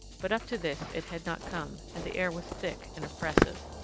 but up to this it had not come, and the air was thick and oppressive.